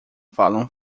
falam